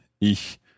Ich